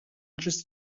just